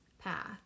path